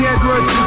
Edwards